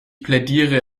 plädiere